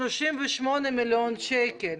סך הכול 38 מיליון שקל.